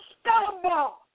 stumble